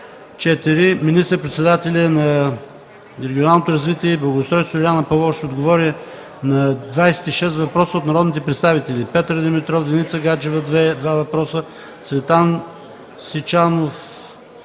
Министърът на регионалното развитие и благоустройството Лиляна Павлова ще отговори на 26 въпроса от народните представители Петър Димитров, Деница Гаджева – 2 въпроса, Цветан Сичанов,